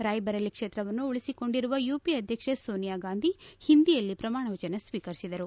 ರಾಯಬರೇಲಿ ಕ್ಷೇತ್ರವನ್ನು ಉಳಿಸಿಕೊಂಡಿರುವ ಯುಪಿಎ ಆಧ್ಯಕ್ಷೆ ಸೋನಿಯಾಗಾಂಧಿ ಹಿಂದಿಯಲ್ಲಿ ಪ್ರಮಾಣವಚನ ಸ್ತೀಕರಿಸಿದರು